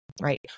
right